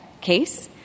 case